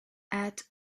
add